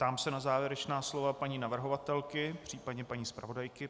Ptám se na závěrečná slova paní navrhovatelky, případně paní zpravodajky.